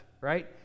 right